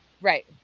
Right